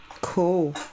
Cool